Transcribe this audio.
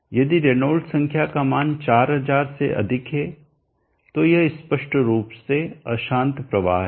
यदि रेनॉल्ड्स संख्या का मान 4000 से अधिक है तो यह स्पष्ट रूप से अशांत प्रवाह है